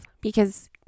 because-